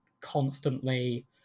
constantly